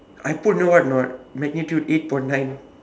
I put you know what or not magnitude eight point nine